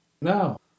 No